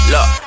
Look